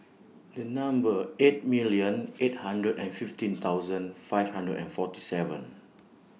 A Number eight million eight hundred and fifteen thousand five hundred and forty seven